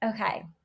Okay